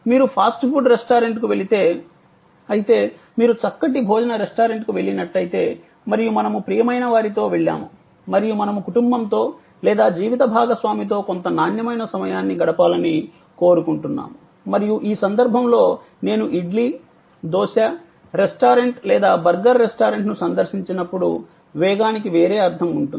మీరు fast food రెస్టారెంట్కు వెళితే అయితే మీరు చక్కటి భోజన రెస్టారెంట్కు వెళ్లినట్లయితే మరియు మనము ప్రియమైన వారితో వెళ్ళాము మరియు మనము కుటుంబంతో లేదా జీవిత భాగస్వామితో కొంత నాణ్యమైన సమయాన్ని గడపాలని కోరుకుంటున్నాము మరియు ఆ సందర్భంలో నేను ఇడ్లీ దోస రెస్టారెంట్ లేదా బర్గర్ రెస్టారెంట్ను సందర్శించినప్పుడు వేగానికి వేరే అర్థం ఉంటుంది